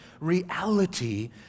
reality